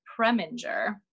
Preminger